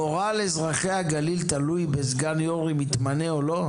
גורל אזרחי הגליל תלוי בסגן יו"ר אם יתמנה או לא?